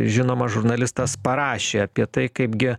žinomas žurnalistas parašė apie tai kaipgi